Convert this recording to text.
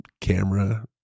camera